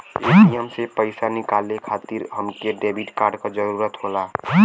ATM से पइसा निकाले खातिर हमके डेबिट कार्ड क जरूरत होला